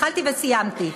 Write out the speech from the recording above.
התחלתי וסיימתי.